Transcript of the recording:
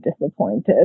disappointed